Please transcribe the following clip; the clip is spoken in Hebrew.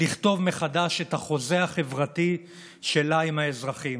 לכתוב מחדש את החוזה החברתי שלה עם האזרחים.